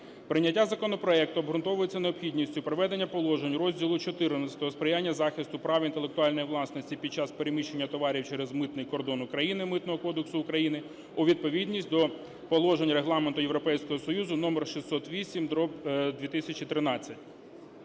Прийняття законопроекту обґрунтовується необхідністю приведенню положень розділу XIV сприяння захисту прав інтелектуальної власності під час переміщення товарів через митний кордон України Митного кодексу України у відповідність до положень Регламенту Європейського Союзу номер 608/2013.